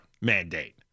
mandate